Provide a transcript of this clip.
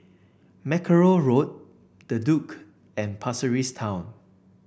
Mackerrow Road The Duke and Pasir Ris Town